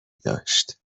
داشت